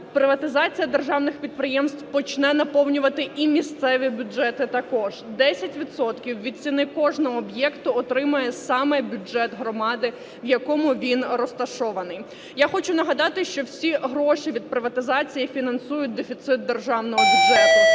приватизація державних підприємств почне наповнювати і місцеві бюджети також, 10 відсотків від ціни кожного об'єкту отримує саме бюджет громади в якому він розташований. Я хочу нагадати, що всі гроші від приватизації фінансують дефіцит державного бюджету.